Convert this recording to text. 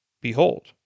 Behold